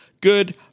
Good